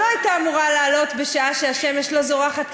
שלא הייתה אמורה לעלות בשעה שהשמש לא זורחת,